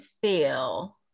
feel